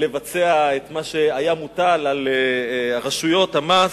לבצע את מה שהיה מוטל על רשויות המס,